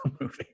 movie